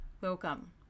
Welcome